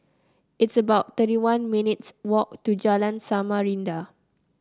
it's about thirty one minutes' walk to Jalan Samarinda